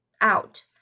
out